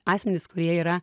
asmenys kurie yra